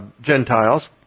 Gentiles